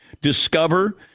Discover